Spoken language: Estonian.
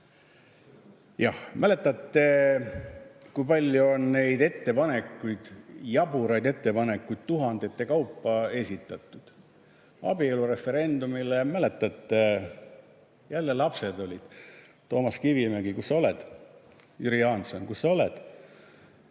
kui palju on neid ettepanekuid, jaburaid ettepanekuid, tuhandete kaupa esitatud abielureferendumile? Mäletate? Jälle lapsed olid ... Toomas Kivimägi, kus sa oled? Jüri Jaanson, kus sa oled?